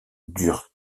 durent